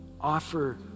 offer